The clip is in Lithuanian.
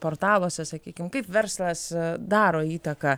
portaluose sakykim kaip verslas daro įtaką